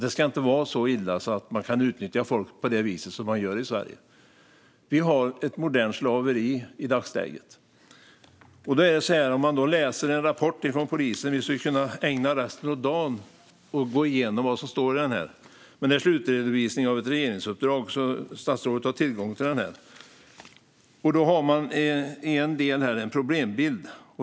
Det ska inte vara så illa att man kan utnyttja folk på det vis som man gör i Sverige. Vi har ett modernt slaveri i dagsläget. Vi skulle kunna ägna resten av dagen åt att läsa en rapport från polisen och gå igenom vad som står där. Det är en slutredovisning av ett regeringsuppdrag, så statsrådet har tillgång till rapporten. I en del redovisas en problembild.